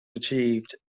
achieved